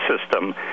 system